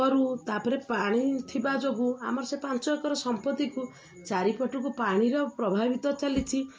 କରୁ ତା'ପରେ ପାଣି ଥିବା ଯୋଗୁଁ ଆମର ସେ ପାଞ୍ଚ ଏକର ସମ୍ପତ୍ତିକୁ ଚାରିପଟକୁ ପାଣିର ପ୍ରଭାବିତ ଚାଲିଛି